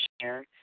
share